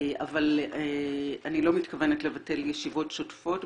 אבל אני לא מתכוונת לבטל ישיבות שוטפות,